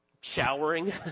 showering